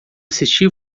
assisti